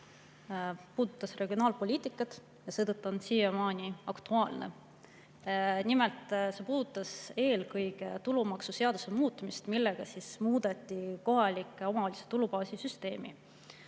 puudutab regionaalpoliitikat ja on seetõttu siiamaani aktuaalne. Nimelt, see puudutab eelkõige tulumaksuseaduse muutmist, millega muudeti kohalike omavalitsuste tulubaasi süsteemi.